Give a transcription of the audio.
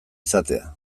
izatea